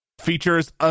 features